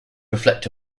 reflect